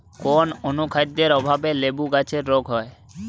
কোন অনুখাদ্যের অভাবে লেবু গাছের রোগ হয়?